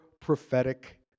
prophetic